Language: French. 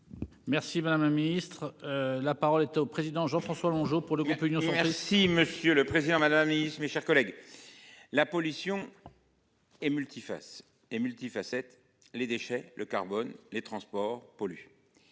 Merci madame la ministre. La parole est au président Jean-François Longeot pour le groupe Union. Merci monsieur le président, madame mise, mes chers collègues. La pollution. Est multi-face et multi-facettes les déchets le carbone, les transports pollue.